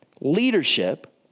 Leadership